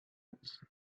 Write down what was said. pits